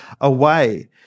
away